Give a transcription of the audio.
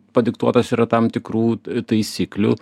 padiktuotas yra tam tikrų taisyklių